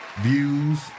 views